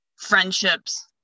friendships